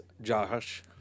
Josh